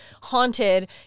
haunted